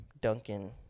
Duncan